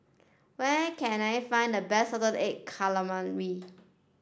where can I find the best salted egg calamari